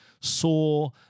saw